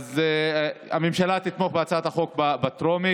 אז הממשלה תתמוך בהצעת החוק בטרומית.